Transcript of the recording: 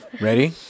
Ready